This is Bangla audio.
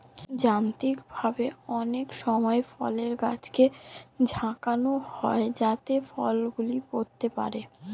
যান্ত্রিকভাবে অনেক সময় ফলের গাছকে ঝাঁকানো হয় যাতে ফল গুলো পড়তে পারে